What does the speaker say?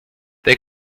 they